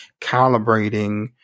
calibrating